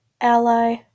Ally